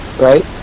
right